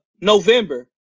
November